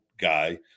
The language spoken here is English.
guy